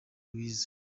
rwiza